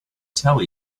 tell